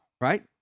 right